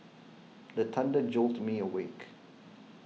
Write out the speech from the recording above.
the thunder jolt me awake